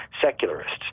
secularists